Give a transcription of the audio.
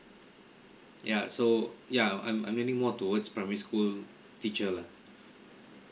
yeah so yeah I'm I'm leaning more towards primary school teacher lah